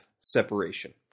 separation